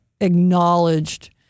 acknowledged